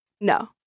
no